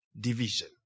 division